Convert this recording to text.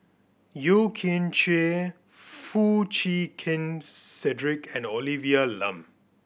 Yeo Kian Chye Foo Chee Keng Cedric and Olivia Lum